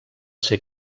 ser